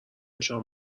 شام